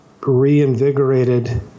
reinvigorated